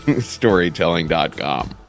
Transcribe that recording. Storytelling.com